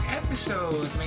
episode